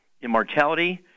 immortality